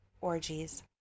orgies